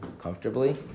comfortably